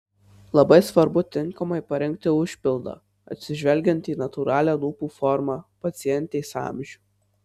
labai svarbu tinkamai parinkti užpildą atsižvelgti į natūralią lūpų formą pacientės amžių